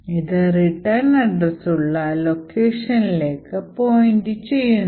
ഇത് return address ഉള്ള ലൊക്കേഷനിലേക്ക് പോയിൻറ് ചെയ്യുന്നു